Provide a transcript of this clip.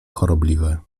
chorobliwe